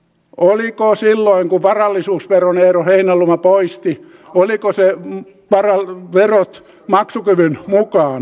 oliko silloin kun varallisuusveron eero heinäluoma poisti oliko se verot maksukyvyn mukaan